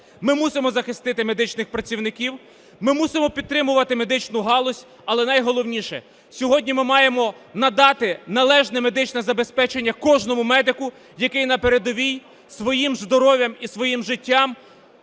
Ми мусимо захистити медичних працівників, ми мусимо підтримувати медичну галузь. Але найголовніше, сьогодні ми маємо надати належне медичне забезпечення кожному медику, який на передовій своїм здоров'ям і своїм життям